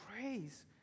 praise